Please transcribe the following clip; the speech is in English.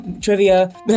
trivia